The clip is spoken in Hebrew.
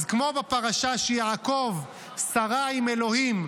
אז כמו בפרשה שיעקב שרה עם אלוהים,